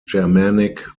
germanic